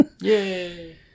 Yay